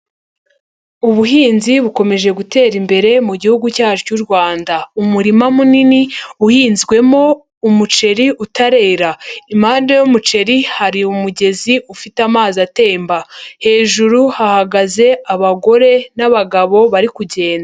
Ubuhinzi bukomeje gutera imbere mu gihugu cyacu cy'u Rwanda umurima munini uhinzwemo umuceri utarera, impande y'umuceri hari umugezi ufite amazi atemba, hejuru hahagaze abagore n'abagabo bari kugenda.